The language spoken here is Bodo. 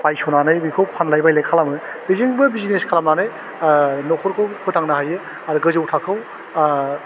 बायस'नानै बेखौ फानलाइ बायलाइ खालामो बेजोंबो बिजनेस खालामनानै आह नखरखौ फोथांनो हायो आरो गोजौ थाखोआव आह